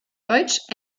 deutsch